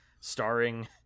starring